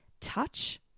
touch